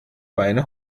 beine